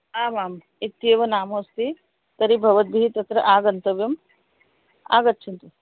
आमाम् इत्येव नाम अस्ति तर्हि भवद्भिः तत्र आगन्तव्यम् आगच्छन्तु